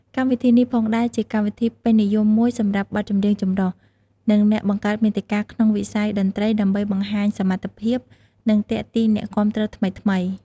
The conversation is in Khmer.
កម្មវិធីនេះផងដែរជាកម្មវិធីដ៏ពេញនិយមមួយសម្រាប់បទចម្រៀងចម្រុះ និងអ្នកបង្កើតមាតិកាក្នុងវិស័យតន្រ្តីដើម្បីបង្ហាញសមត្ថភាព និងទាក់ទាញអ្នកគាំទ្រថ្មីៗ។